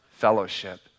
fellowship